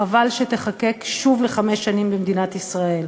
חבל שתיחקק שוב לחמש שנים במדינת ישראל.